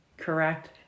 Correct